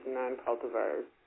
non-cultivars